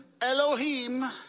Elohim